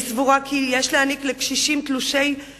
אני סבורה כי יש להעניק לקשישים תלושים